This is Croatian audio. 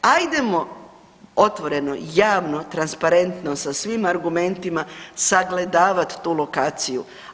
Ajdemo otvoreno i javno, transparentno sa svim argumentima sagledavati tu lokaciju.